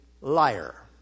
liar